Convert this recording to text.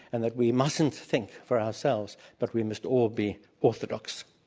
and that we mustn't think for ourselves, but we must all be orthodox,